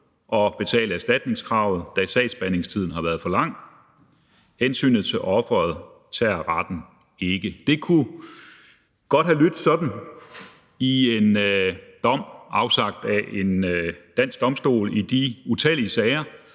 og betale erstatningskravet, da sagsbehandlingstiden har været for lang. Hensyn til offeret tager retten ikke. Det kunne godt have lydt sådan i en dom afsagt af en dansk domstol i en af de utallige sager,